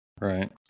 Right